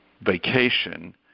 vacation